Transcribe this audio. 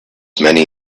many